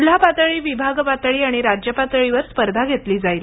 जिल्हा पातळी विभाग पातळी आणि राज्य पातळीवर स्पर्धा घेतली जाईल